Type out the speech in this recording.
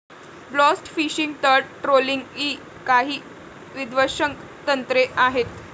blast fishing, तळ trawling इ काही विध्वंसक तंत्रे आहेत